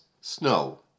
Snow